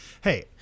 Hey